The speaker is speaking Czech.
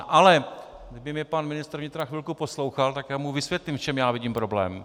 Ale kdyby mě pan ministr vnitra chvilku poslouchal, tak já mu vysvětlím, v čem já vidím problém.